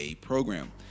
program